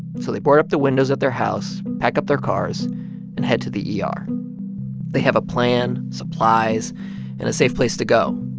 so they board up the windows at their house, pack up their cars and head to the yeah ah er. they have a plan, supplies and a safe place to go.